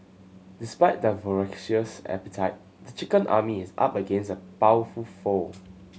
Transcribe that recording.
despite their voracious appetite the chicken army is up against a powerful foe